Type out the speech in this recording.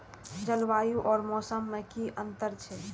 जलवायु और मौसम में कि अंतर छै?